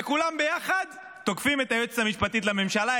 וכולם ביחד תוקפים את היועצת המשפטית לממשלה,